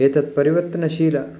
एतत् परिवर्तनशीलम्